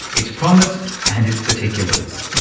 its promise and its particulars.